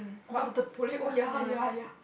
oh the oh ya ya ya